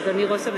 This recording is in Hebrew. בן-אליעזר,